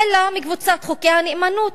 אלא מקבוצת חוקי הנאמנות.